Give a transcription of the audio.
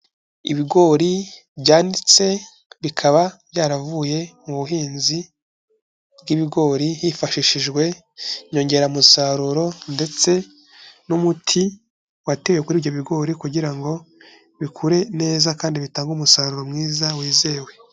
Ibigori byanitse bikaba byaravuye mu buhinzi bw'ibigori, hifashishijwe inyongeramusaruro ndetse n'umuti watewe kuri ibyo bigori kugira ngo bikure neza kandi bitange umusaruro mwiza wizewe.